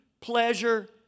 pleasure